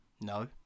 No